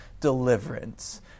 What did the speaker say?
deliverance